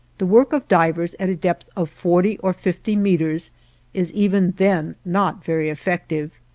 the work of divers at a depth of forty or fifty meters is even then not very effective,